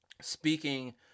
speaking